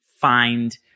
find